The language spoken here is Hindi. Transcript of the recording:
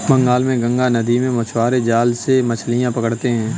बंगाल में गंगा नदी में मछुआरे जाल से मछलियां पकड़ते हैं